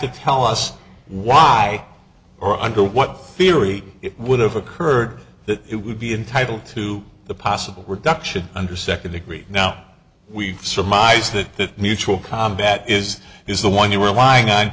to tell us why or under what theory it would have occurred that it would be entitled to the possible reduction under second degree now we surmise that the mutual combat is is the one you were lying on